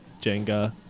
Jenga